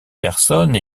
personnes